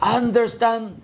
understand